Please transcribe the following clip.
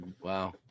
Wow